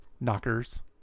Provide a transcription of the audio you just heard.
knockers